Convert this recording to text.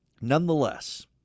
Nonetheless